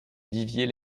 viviers